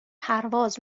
پرواز